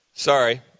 Sorry